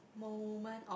moment of